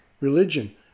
religion